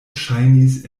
ŝajnis